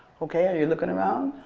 okay, are you looking around?